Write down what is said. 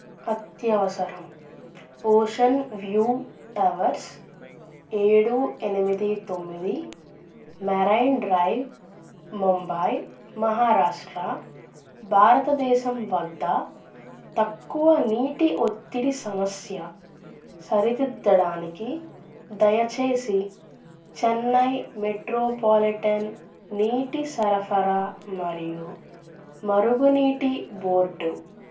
అత్యవసరం ocean view towers ఏడు ఎనిమిది తొమ్మిది మెరైన్ డ్రైవ్ ముంబై మహారాష్ట్ర భారతదేశం వద్ద తక్కువ నీటి ఒత్తిడి సమస్య సరిదిద్దడానికి దయచేసి చెన్నై మెట్రోపాలిటన్ నీటి సరఫరా మరియు మరుగునీటి బోర్డు